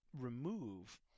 remove